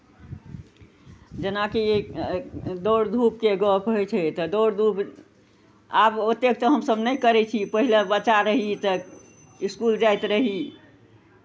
जेनाकि दौड़धूपके गप्प होइ छै तऽ दौड़धूप आब ओतेक तऽ हमसभ नहि करै छी पहिले बच्चा रही तऽ इसकुल जाइत रही